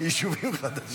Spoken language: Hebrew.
יישובים חדשים.